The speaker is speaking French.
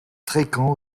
fréquent